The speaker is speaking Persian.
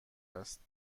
است